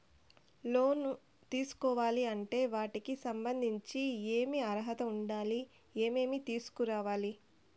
లోను తీసుకోవాలి అంటే వాటికి సంబంధించి ఏమి అర్హత ఉండాలి, ఏమేమి తీసుకురావాలి